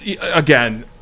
Again